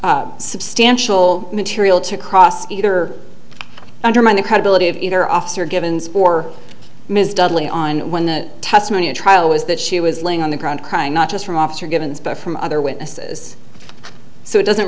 substantial material to cross either undermine the credibility of either officer givens or ms dudley on when the testimony at trial was that she was laying on the ground crying not just from officer givens but from other witnesses so it doesn't